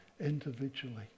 individually